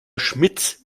schmitz